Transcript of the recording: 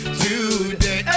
today